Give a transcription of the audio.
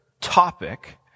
topic